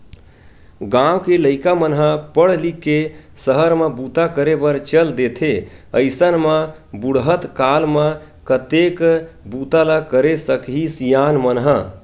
गाँव के लइका मन ह पड़ लिख के सहर म बूता करे बर चल देथे अइसन म बुड़हत काल म कतेक बूता ल करे सकही सियान मन ह